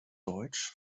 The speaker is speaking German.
deutsch